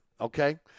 okay